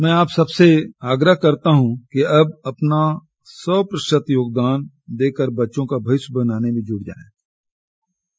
मैं आप सब से आग्रह करता हूँ कि अब अपना सौ प्रतिशत योगदान देकर बच्चों का भविष्य बनाने में जुट जाएं